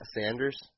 Sanders